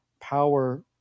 power